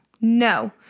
no